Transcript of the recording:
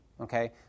okay